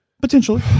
Potentially